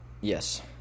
Yes